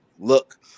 Look